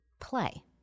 play